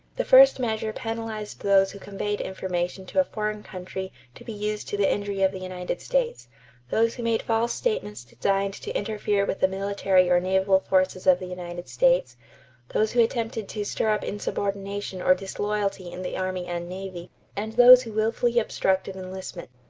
the first measure penalized those who conveyed information to a foreign country to be used to the injury of the united states those who made false statements designed to interfere with the military or naval forces of the united states those who attempted to stir up insubordination or disloyalty in the army and navy and those who willfully obstructed enlistment.